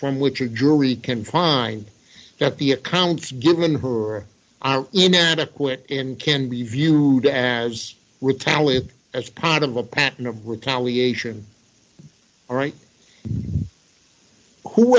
from which or jury can find that the accounts given who are inadequate and can be viewed as retaliate as part of a pattern of retaliation all right who